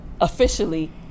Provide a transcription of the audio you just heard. officially